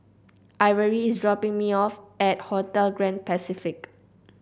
Ivory is dropping me off at Hotel Grand Pacific